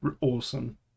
awesome